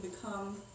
become